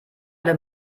alle